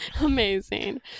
Amazing